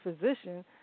physician